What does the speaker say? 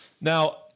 Now